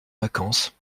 vacances